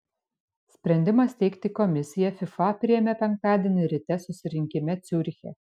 sprendimą steigti komisiją fifa priėmė penktadienį ryte susirinkime ciuriche